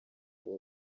abo